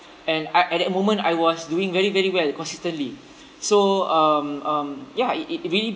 and I at that moment I was doing very very well consistently so um um ya it it really